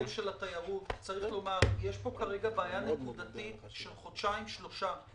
בניגוד לדיון הקודם של התיירות יש פה בעיה נקודתית של חודשיים שלושה.